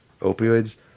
opioids